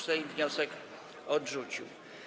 Sejm wniosek odrzucił.